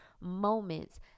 moments